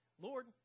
Lord